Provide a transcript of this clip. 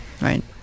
right